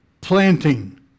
planting